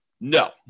No